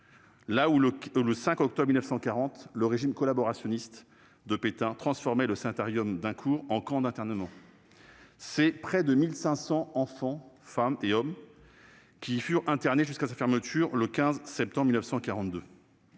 où, le 5 octobre 1940, le régime collaborationniste de Pétain transformait un sanatorium en camp d'internement. Près de 1 500 enfants, femmes et hommes y furent internés jusqu'à sa fermeture le 15 septembre 1942,